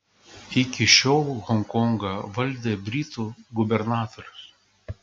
iki šiol honkongą valdė britų gubernatorius